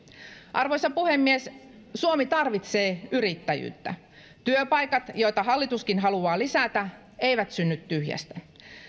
arvoisa puhemies suomi tarvitsee yrittäjyyttä työpaikat joita hallituskin haluaa lisätä eivät synny tyhjästä